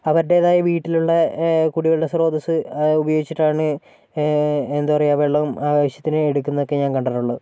അവരുടേതായ വീട്ടിലുള്ള കുടിവെള്ള ശ്രോതസ് ഉപയോഗിച്ചിട്ടാണ് എന്താ പറയുക വെള്ളം ആവശ്യത്തിന് എടുക്കുന്നതൊക്കെ ഞാൻ കണ്ടിട്ടുള്ളത്